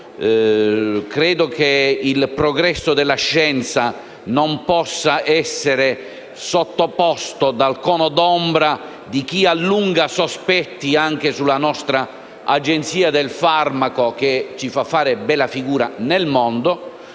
Credo che il progresso della scienza non possa essere sottoposto al cono d'ombra di chi allunga sospetti anche sulla nostra Agenzia del farmaco, che ci fa fare bella figura nel mondo.